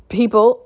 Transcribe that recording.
people